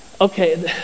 okay